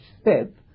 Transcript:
step